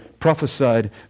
prophesied